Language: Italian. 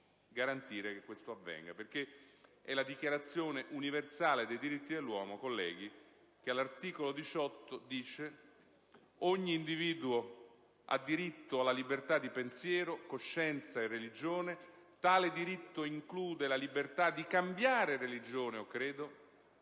garantire che questo avvenga. È la Dichiarazione universale dei diritti dell'uomo che all'articolo 18 recita: «Ogni individuo ha diritto alla libertà di pensiero, coscienza e religione. Tale diritto include la libertà di cambiare religione o credo,